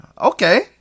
Okay